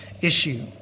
issue